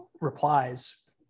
replies